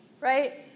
right